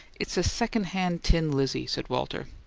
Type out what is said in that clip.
it's a second-hand tin lizzie, said walter.